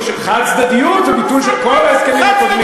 חד-צדדיות, וביטול של כל ההסכמים הקודמים.